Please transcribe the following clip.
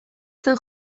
zen